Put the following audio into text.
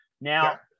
Now